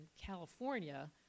California